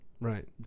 right